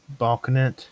Balkanet